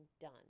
done